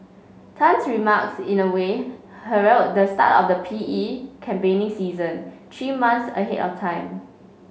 Tan's remarks in a way herald the start of the P E campaigning season three months ahead of time